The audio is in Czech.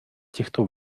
těchto